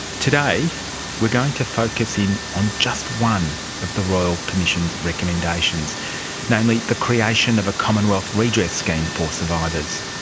today we're going to focus in on just one of the royal commission's recommendations namely, the creation of a commonwealth redress scheme for survivors.